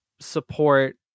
support